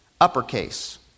uppercase